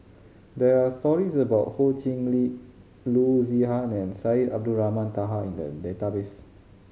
there are stories about Ho Chee Lick Loo Zihan and Syed Abdulrahman Taha in the database